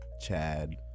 Chad